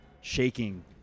shaking